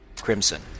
crimson